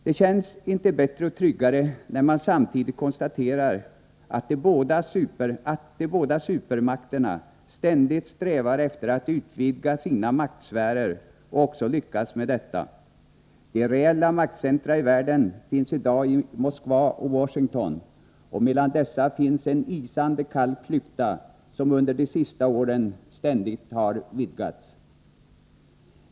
Det känns inte bättre och tryggare när man samtidigt konstaterar att de båda supermakterna ständigt strävar efter att utvidga sina maktsfärer och också lyckas med detta. De reella maktcentra i världen finns i dag i Moskva och Washington, och mellan dessa finns en isande kall klyfta, som under de senaste åren ständigt har vidgats.